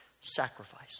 sacrifice